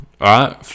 right